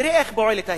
איך פועלת ההיסטוריה.